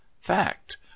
fact